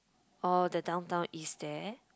oh the downtown is there